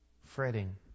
fretting